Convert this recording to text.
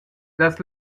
las